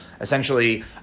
essentially